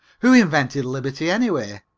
who invented liberty, anyway?